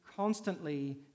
Constantly